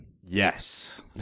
Yes